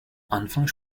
anfangs